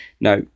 Now